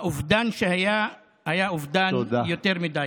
האובדן שהיה היה יותר מדי.